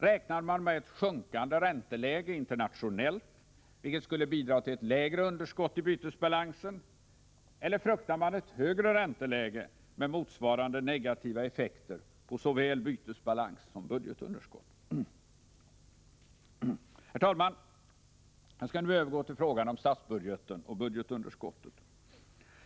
Räknar man med ett sjunkande ränteläge internationellt, vilket skulle bidra till ett lägre underskott i bytesbalansen, eller fruktar man ett högre ränteläge med motsvarande negativa effekter på såväl bytesbalans som budgetunderskott? Herr talman! Jag skall nu övergå till frågan om statsbudgeten och budgetunderskottet.